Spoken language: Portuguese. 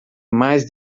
mais